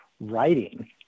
writing